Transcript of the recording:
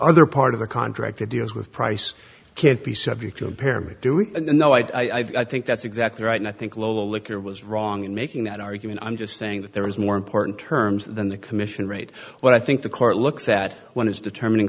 other part of the contract that deals with price can't be subject to impairment do we know i think that's exactly right and i think lowell liquor was wrong in making that argument i'm just saying that there is more important terms than the commission rate what i think the court looks at when it's determining